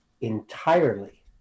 entirely